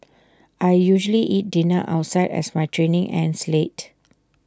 I usually eat dinner outside as my training ends late